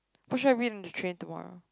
what should I read in the train tomorrow